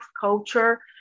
culture